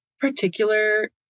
particular